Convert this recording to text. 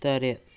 ꯇꯔꯦꯠ